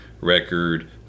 record